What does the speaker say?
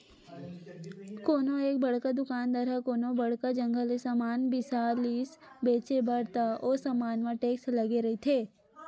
कोनो एक बड़का दुकानदार ह कोनो बड़का जघा ले समान बिसा लिस बेंचे बर त ओ समान म टेक्स लगे रहिथे